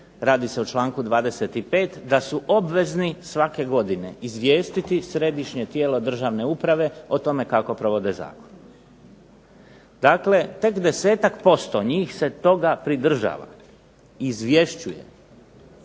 radi se o članku 25. da su obvezni svake godine izvijestiti središnje tijelo državne uprave o tome kako provode zakon. Dakle tek 10-ak posto njih se toga pridržava, izvješćuje,